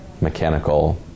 mechanical